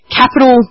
capital